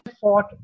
fought